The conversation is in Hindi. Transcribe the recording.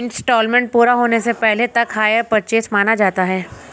इन्सटॉलमेंट पूरा होने से पहले तक हायर परचेस माना जाता है